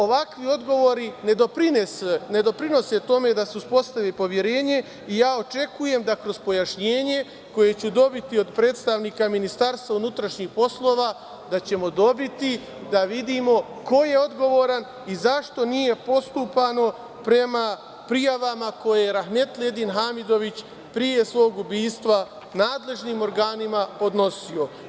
Ovakvi odgovori ne doprinose tome da se uspostavi poverenje i ja očekujem kroz pojašnjenje koje ću dobiti od predstavnika Ministarstva unutrašnjih poslova, da ćemo dobiti da vidimo ko je odgovoran i zašto nije postupano prema prijavama koje je rahmetli Edin Hamidović pre svog ubistva nadležnim organima podnosio?